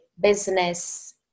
business